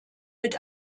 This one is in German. mit